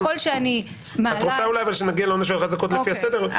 את רוצה אולי שנגיע לעונש ולחזקות לפי הסדר?